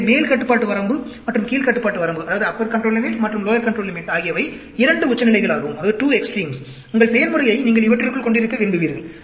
எனவே மேல் கட்டுப்பாடு வரம்பு மற்றும் கீழ் கட்டுப்பாடு வரம்பு ஆகியவை இரண்டு உச்சநிலைகளாகும் உங்கள் செயல்முறையை நீங்கள் இவற்றிற்குள் கொண்டிருக்க விரும்புவீர்கள்